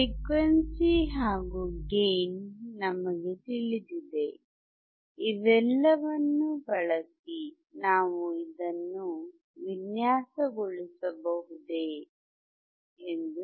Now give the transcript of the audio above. frequency ಹಾಗು gain ನಮಗೆ ತಿಳಿದಿದೆ ಇವೆಲ್ಲವನ್ನೂ ಬಳಸಿ ನಾವು ಇದನ್ನು ವಿನ್ಯಾಸ ಗೊಳಿಸಬಹುದೇ